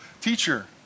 Teacher